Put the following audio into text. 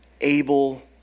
able